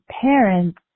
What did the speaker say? parents